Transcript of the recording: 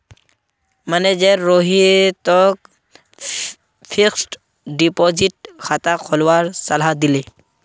manager रोहितक fixed deposit खाता खोलवार सलाह दिले